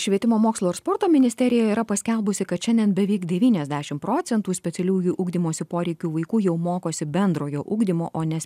švietimo mokslo ir sporto ministerija yra paskelbusi kad šiandien beveik devyniasdešimt procentų specialiųjų ugdymosi poreikių vaikų jau mokosi bendrojo ugdymo o ne